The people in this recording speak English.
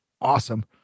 Awesome